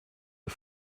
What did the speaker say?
der